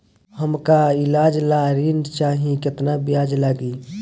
हमका ईलाज ला ऋण चाही केतना ब्याज लागी?